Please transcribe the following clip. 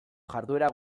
jarduera